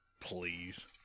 please